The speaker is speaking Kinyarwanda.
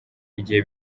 igihe